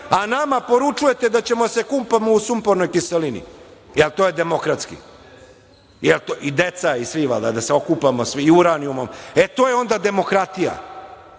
a nama poručujete da ćemo se kupamo u sumpornoj kiselini, jer to je demokratski, i deca i svi da se okupamo, i uranijumom. To je onda demokratija.